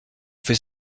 fait